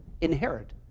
inherit